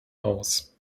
aus